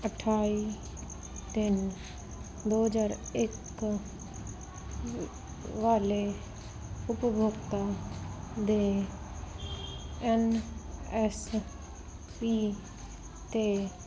ਅਠਾਈ ਤਿੰਨ ਦੋ ਹਜ਼ਾਰ ਇੱਕ ਵਾਲੇ ਉਪਭੋਗਤਾ ਦੇ ਐਨ ਐਸ ਪੀ 'ਤੇ